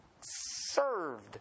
served